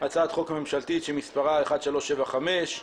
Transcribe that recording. הצעת חוק ממשלתית שמספרה מ/1375.